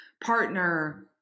partner